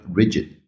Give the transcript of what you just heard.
rigid